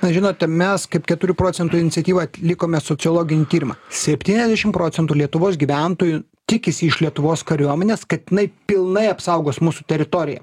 na žinote mes kaip keturių procentų iniciatyva atlikome sociologinį tyrimą septyniasdešim procentų lietuvos gyventojų tikisi iš lietuvos kariuomenės kad jinai pilnai apsaugos mūsų teritoriją